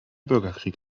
bürgerkrieg